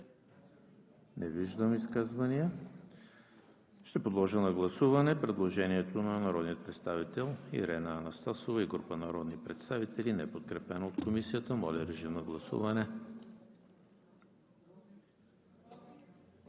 Не виждам изказвания. Подлагам на гласуване предложението на народния представител Ирена Анастасова и група народни представители, неподкрепено от Комисията. Гласували